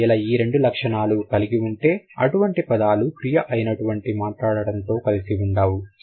ఒకవేళ ఈ రెండు లక్షణాలు కలిగి ఉంటే అటువంటి పదాలు క్రియ అయినటువంటి మాట్లాడటం తో కలిసి ఉండవు